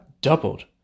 doubled